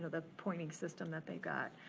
the pointing system that they got.